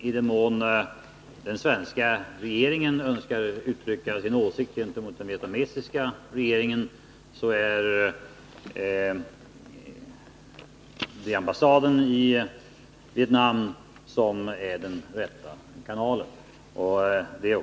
I den mån den svenska regeringen önskar uttrycka sin åsikt gentemot den vietnamesiska regeringen, är det ambassaden i Vietnam som är den rätta kanalen.